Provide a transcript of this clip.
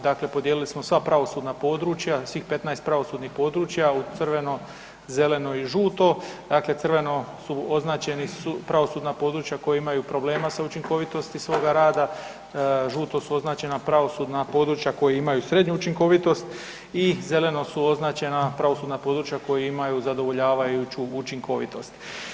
Dakle, podijelili smo sva pravosudna područja, svih 15 pravosudnih područja u crveno, zeleno i žuto, dakle crveno su označena pravosudna područja koja imaju problema sa učinkovitosti svoga rada, žuto su označena pravosudna područja koja imaju srednju učinkovitost i zeleno su označena pravosudna područja koja imaju zadovoljavajuću učinkovitost.